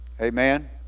Amen